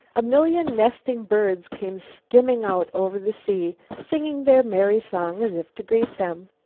a million nesting birds came skimming out over the sea, singing their merry song as if to greet them.